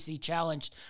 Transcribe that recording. challenge